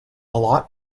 lot